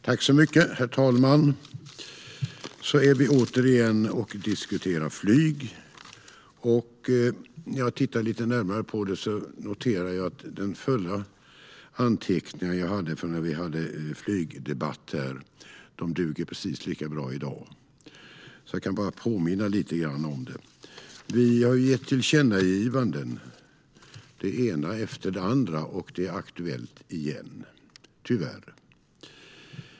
Herr talman! Så är vi återigen här för att diskutera flyg. När jag tittar lite närmare på mina anteckningar från vår förra flygdebatt noterar jag att de duger precis lika bra i dag. Jag kan alltså bara påminna lite grann om vad som sas då. Vi har gjort tillkännagivanden, det ena efter det andra, och det är nu aktuellt igen, tyvärr.